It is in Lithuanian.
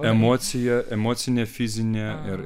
emocija emocinė fizinė ir